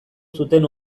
zuten